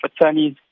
attorneys